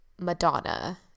madonna